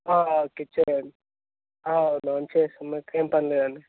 okay చేయండి అవునవును అండి చేస్తాం మీకేం పర్లేదండి